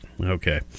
okay